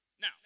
Now